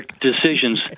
decisions